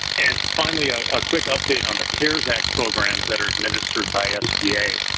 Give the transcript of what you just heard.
and finally, a quick update on the cares act programs that are administered by sba.